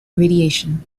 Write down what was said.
radiation